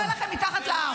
מה קורה לכם מתחת לאף.